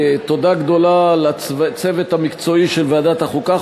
תודה גדולה לצוות המקצועי של ועדת החוקה,